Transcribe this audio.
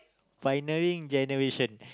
pioneering generation